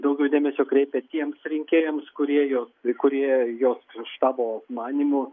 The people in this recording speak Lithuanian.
daugiau dėmesio kreipia tiems rinkėjams kurie jos kurie jos štabo manymu